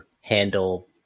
handle